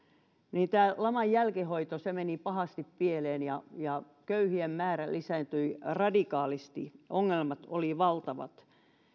tämä laman jälkihoito meni pahasti pieleen ja ja köyhien määrä lisääntyi radikaalisti ongelmat olivat valtavat